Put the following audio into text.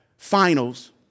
finals